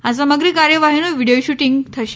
આ સમગ્ર કાર્યવાહીનું વિડિયો શૂટીંગ થશે